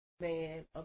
man